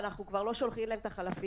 ואנחנו כבר לא שולחים להם את החלפים.